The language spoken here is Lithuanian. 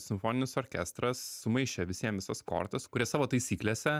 simfoninis orkestras sumaišė visiem visas kortas kurie savo taisyklėse